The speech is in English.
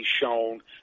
shown